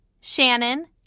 Shannon